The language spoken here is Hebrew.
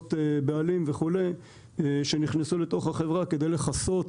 הלוואות בעלים וכולי שנכנסו לתוך החברה כדי לכסות